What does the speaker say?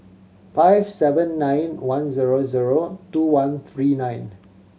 five seven nine one zero zero two one three nine